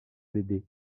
l’aider